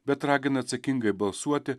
bet ragina atsakingai balsuoti